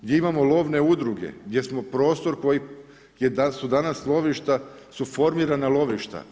Gdje imamo lovne udruge, gdje smo prostor koji su danas lovišta jesu formirana lovišta.